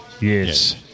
Yes